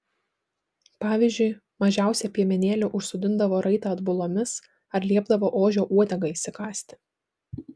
pavyzdžiui mažiausią piemenėlį užsodindavo raitą atbulomis ar liepdavo ožio uodegą įsikąsti